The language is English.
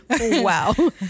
Wow